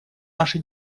наши